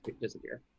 disappear